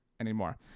anymore